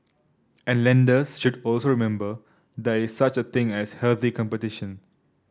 and lenders should also remember there is such a thing as healthy competition